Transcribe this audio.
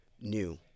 new